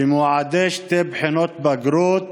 שמועדי שתי בחינות בגרות